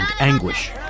anguish